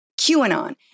QAnon